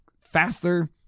faster